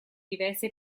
diverse